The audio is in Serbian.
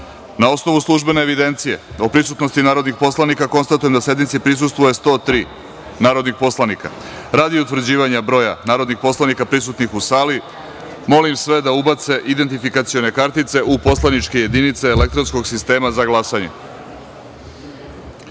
osnovu službene evidencije o prisutnosti, konstatujem da sednici prisustvuje 103 narodna poslanika. Radi utvrđivanja tačnog broja narodnih poslanika prisutnih u sali molim sve da ubacite kartice u poslaničke jedinice elektronskog sistema za glasanje.